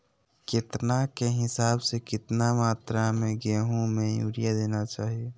केतना के हिसाब से, कितना मात्रा में गेहूं में यूरिया देना चाही?